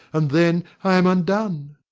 and then i am undone.